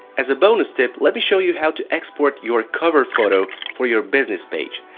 as a bonus tip, let me show you how to export your cover photo for your business page.